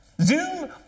Zoom